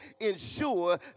ensure